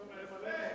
יפה.